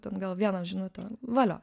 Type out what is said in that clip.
ten gal vieną žinutę valio